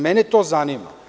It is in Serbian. Mene to zanima.